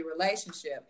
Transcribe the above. relationship